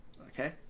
Okay